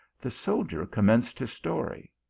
the soldier com menced his story.